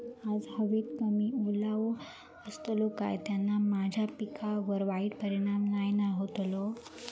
आज हवेत कमी ओलावो असतलो काय त्याना माझ्या पिकावर वाईट परिणाम नाय ना व्हतलो?